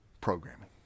programming